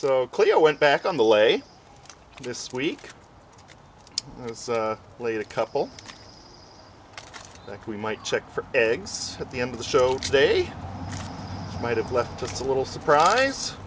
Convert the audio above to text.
so clear went back on the les this week it's late a couple like we might check for eggs at the end of the show today might have left us a little surprise